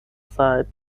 side